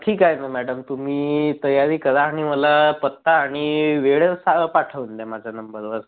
ठीक आहे ना मॅडम तुम्ही तयारी करा आणि मला पत्ता आणि वेळ सा पाठवून द्या माझ्या नंबरवर